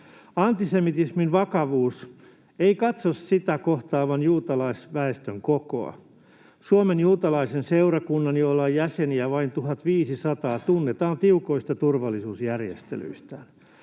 Antisemitismin vakavuus ei katso sitä kohtaavan juutalaisväestön kokoa. Suomen juutalainen seurakunta, jolla on jäseniä vain 1 500, tunnetaan tiukoista turvallisuusjärjestelyistään.